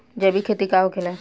जैविक खेती का होखेला?